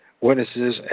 witnesses